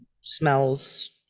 smells